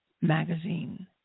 magazine